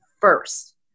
first